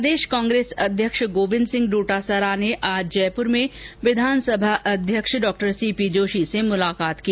प्रदेश कांग्रेस अध्यक्ष गोविन्द सिंह डोटासरा ने आज जयपुर में विधानसभा अध्यक्ष सीपी जोशी से मुलाकात की